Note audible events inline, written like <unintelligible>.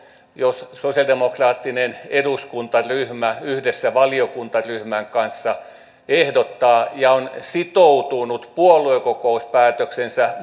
jos sosiaalidemokraattinen eduskuntaryhmä yhdessä valiokuntaryhmän kanssa ehdottaa ja on sitoutunut puoluekokouspäätöksensä <unintelligible>